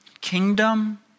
kingdom